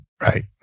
Right